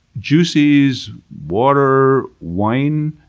juices, water, wine,